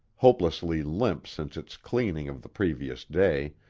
hopelessly limp since its cleansing of the previous day,